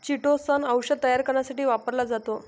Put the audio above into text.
chitosan औषध तयार करण्यासाठी वापरला जातो